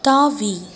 தாவி